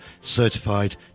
Certified